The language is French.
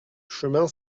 chemin